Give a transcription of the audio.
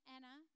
Anna